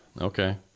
okay